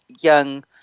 young